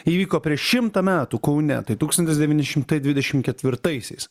įvyko prieš šimtą metų kaune tai tūkstantis devyni šimtai dvidešimt ketvirtaisiais